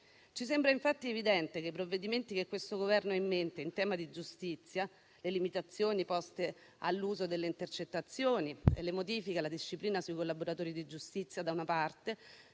Ci sembra infatti evidente che i provvedimenti che questo Governo ha in mente in tema di giustizia (le limitazioni poste all'uso delle intercettazioni e le modifiche alla disciplina sui collaboratori di giustizia da una parte,